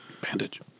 Bandage